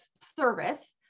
service